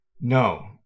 No